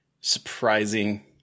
surprising